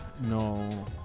no